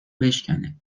بشکنه